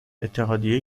اتحادیه